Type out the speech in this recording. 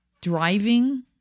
driving